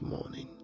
morning